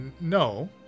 no